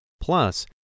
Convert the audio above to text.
Plus